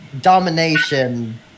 domination